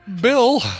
Bill